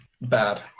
bad